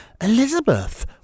Elizabeth